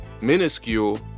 minuscule